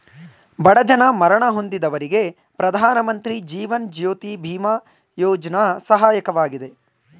ಬಡ ಜನ ಮರಣ ಹೊಂದಿದವರಿಗೆ ಪ್ರಧಾನಮಂತ್ರಿ ಜೀವನ್ ಜ್ಯೋತಿ ಬಿಮಾ ಯೋಜ್ನ ಸಹಾಯಕವಾಗಿದೆ